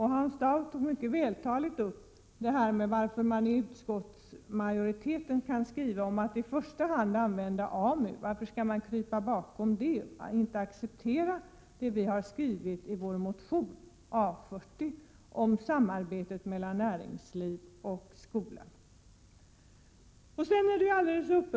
Hans Dau tog mycket vältaligt upp varför utskottsmajoriteten skriver att man i första hand skall använda AMU. Varför skall man krypa bakom det och inte acceptera det vi har skrivit i vår motion, A40, om samarbete mellan näringsliv och skola?